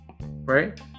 right